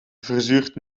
verzuurt